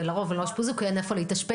ולרוב הם לא יאושפזו כי אין איפה להתאשפז.